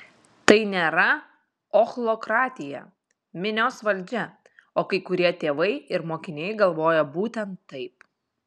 tai nėra ochlokratija minios valdžia o kai kurie tėvai ir mokiniai galvoja būtent taip